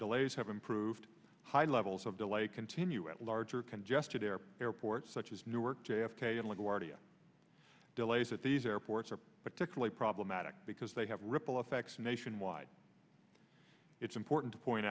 delays have improved high levels of delay continue at larger congested air airports such as newark j f k and la guardia delays at these airports are particularly problematic because they have ripple effects nationwide it's important to point